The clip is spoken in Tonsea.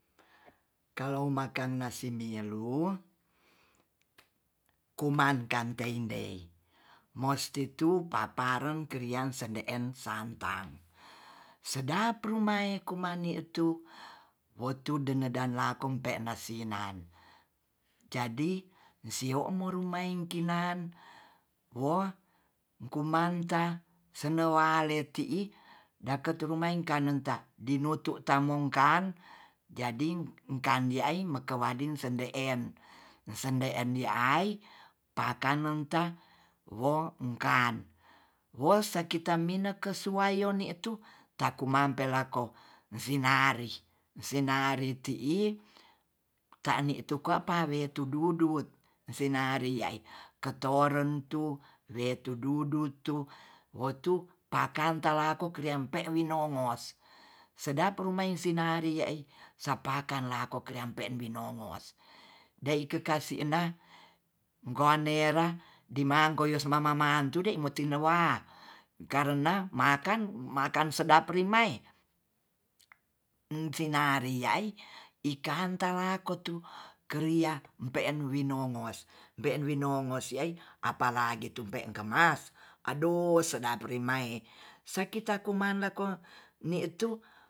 Kalau makan nasi mulu kumankan teidei mosti tu p[aparen krian sende'en santang sedap rumai kumanitu wotu dane dan lakong pe naninan jadi sio morumai kinan woo kumanta senewale ti'i daket rumaika kanenta dinotu tamongkan jadi kan dia ai makawadin sende'en, sende'en di ai pakan nu ta wo kan wo sakitan mineke suwaiyo ni tu taku man pelako sinari, sinari ti'i ta ani tu kwa pawedu tu dudut senari ketoren tu retu dudutu wotu pakan talako krempek winongos sedap rumai sinari ai sapakan lah krempe winongos dei keka'sina ganera dimakoyos mama mantu de moti nowa karena makan makan sedap rimae cinari ai ikang talakotu kelia pe'en winongos pe'en winongos si'ai apalagi tube kemas adoh sedap rimai e, sakita kumandako ni'tu